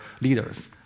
leaders